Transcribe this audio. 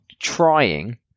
trying